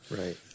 Right